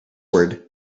word